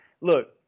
look